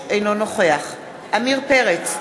אינו נוכח עמיר פרץ,